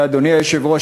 אדוני היושב-ראש,